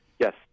Yes